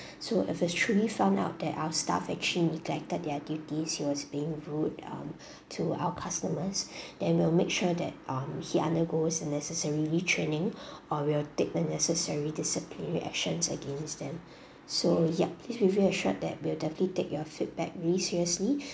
so if it's truly found out that our staff actually neglected their duties he was being rude um to our customers then we will make sure that um he undergoes a necessary retraining or will take the necessary disciplinary actions against them so yup please be reassured that we'll definitely take your feedback very seriously